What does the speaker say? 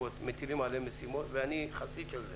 מטילים משימות על הרשויות אבל צריכים לראות